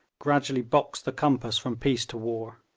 gradually boxed the compass from peace to war.